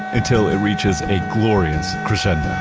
until it reaches a glorious crescendo